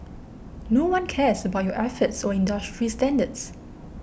no one cares about your efforts or industry standards